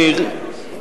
מאיר,